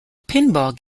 pinball